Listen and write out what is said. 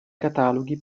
cataloghi